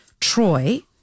troy